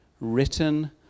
written